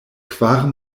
kvar